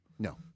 No